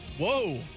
whoa